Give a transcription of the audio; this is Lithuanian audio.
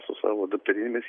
su savo dukterinėmis